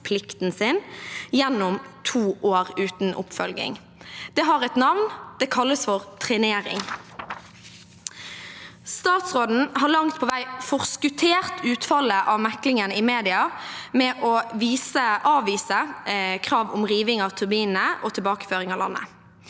sin gjennom to år uten oppfølging. Det har et navn. Det kalles for trenering. Statsråden har i media langt på vei forskuttert utfallet av meklingen ved å avvise krav om riving av turbinene og tilbakeføring av landet.